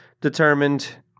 determined